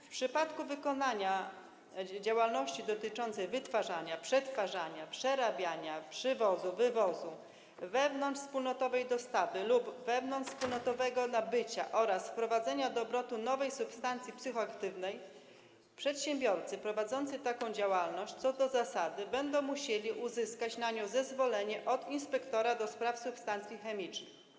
W przypadku wykonywania działalności dotyczącej wytwarzania, przetwarzania, przerabiania, przywozu, wywozu, wewnątrzwspólnotowej dostawy lub wewnątrzwspólnotowego nabycia oraz wprowadzenia do obrotu nowej substancji psychoaktywnej przedsiębiorcy prowadzący taką działalność co do zasady będą musieli uzyskać na nią zezwolenie od inspektora do spraw substancji chemicznych.